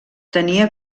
tenia